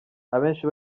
abenshi